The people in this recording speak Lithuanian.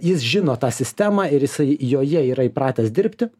jis žino tą sistemą ir jisai joje yra įpratęs dirbti